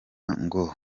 ngo